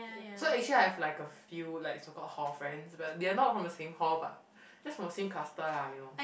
ya so actually I've like a few like so called hall friends but they are not from the same hall but just from the same cluster lah you know